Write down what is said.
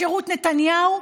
בשירות נתניהו,